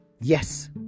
yes